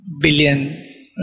billion